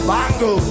Bongo